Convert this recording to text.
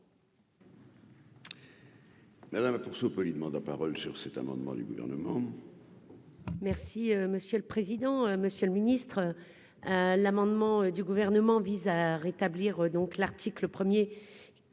Mais pour ce opposer parole sur cet amendement du gouvernement. Merci monsieur le président, Monsieur le Ministre, l'amendement du gouvernement vise à rétablir, donc l'article 1er